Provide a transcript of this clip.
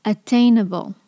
Attainable